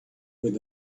with